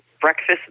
breakfast